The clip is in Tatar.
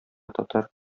татар